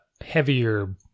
heavier